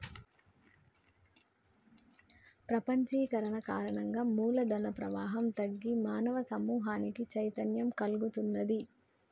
ప్రపంచీకరణ కారణంగా మూల ధన ప్రవాహం తగ్గి మానవ సమూహానికి చైతన్యం కల్గుతున్నాది